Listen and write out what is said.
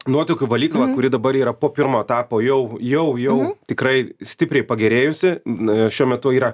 nuotekų valyklą kuri dabar yra po pirmo etapo jau jau jau tikrai stipriai pagerėjusi šiuo metu yra